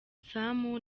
sam